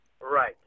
Right